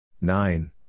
Nine